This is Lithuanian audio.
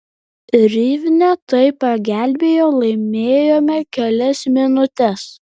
rivne tai pagelbėjo laimėjome kelias minutes